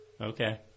Okay